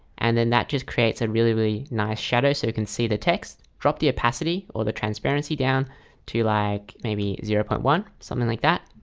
and then that just creates a really really nice shadow so we can see the text drop the opacity or the transparency down to like maybe zero point one something like that,